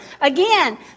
Again